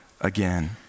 again